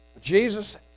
Jesus